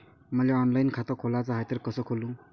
मले ऑनलाईन खातं खोलाचं हाय तर कस खोलू?